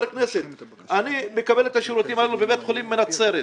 כנסת שמקבל את השירותים האלו בבית חולים בנצרת,